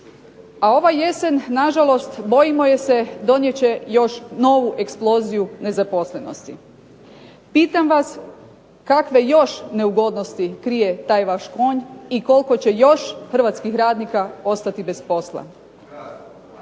A ova jesen na žalost bojimo je se donijet će još novu eksploziju nezaposlenosti. Pitam vas kakve još neugodnosti krije taj vaš konj i koliko će još hrvatskih radnika ostati bez posla?